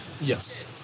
Yes